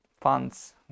funds